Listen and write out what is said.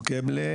נכון.